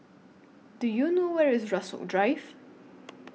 Do YOU know Where IS Rasok Drive